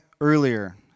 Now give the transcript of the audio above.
earlier